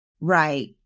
Right